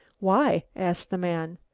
why? asked the man.